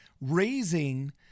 raising